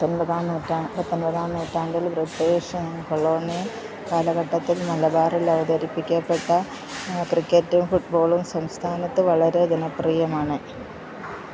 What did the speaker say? പത്തൊൻപതാം നൂറ്റാണ്ട് പത്തൊൻപതാം നൂറ്റാണ്ടിൽ ബ്രിട്ടീഷ് കൊളോണിയൽ കാലഘട്ടത്തില് മലബാറിൽ അവതരിപ്പിക്കപ്പെട്ട ക്രിക്കറ്റും ഫുട്ബോളും സംസ്ഥാനത്ത് വളരെ ജനപ്രിയമാണ്